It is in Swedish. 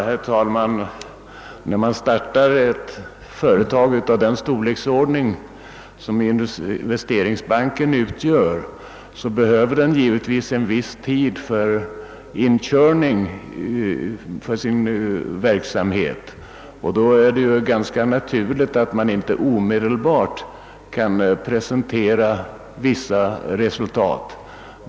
Herr talman! När man startar ett företag av Inwvesteringsbankens storleksordning behövs givetvis en viss tid för inkörning av verksamheten. Det är därför ganska naturligt att man inte omedelbart kan presentera vissa resultat.